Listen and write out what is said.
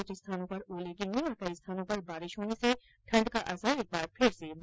कुछ स्थानों पर ओले गिरने और कई स्थानों पर बारिश होने से ठण्ड का असर एक बार फिर से बढ़ गया है